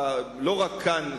לא רק כאן,